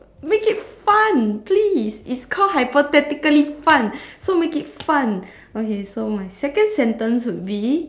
make it fun please it's call hypothetically fun so make it fun okay so my second sentence would be